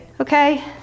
okay